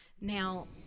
Now